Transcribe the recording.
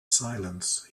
silence